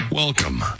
Welcome